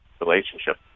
relationship